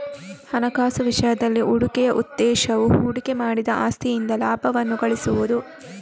ಹಣಕಾಸು ವಿಷಯದಲ್ಲಿ, ಹೂಡಿಕೆಯ ಉದ್ದೇಶವು ಹೂಡಿಕೆ ಮಾಡಿದ ಆಸ್ತಿಯಿಂದ ಲಾಭವನ್ನು ಗಳಿಸುವುದು